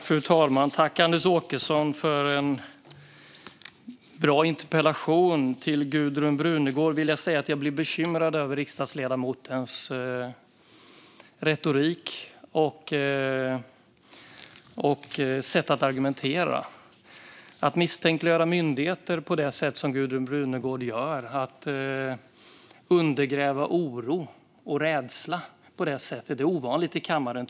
Fru talman! Tack, Anders Åkesson, för en bra interpellation! Till Gudrun Brunegård vill jag säga att jag blir bekymrad över hennes retorik och sätt att argumentera. Att misstänkliggöra myndigheter på det sätt som Gudrun Brunegård gör och att underblåsa oro och rädsla är ovanligt i kammaren.